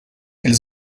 ils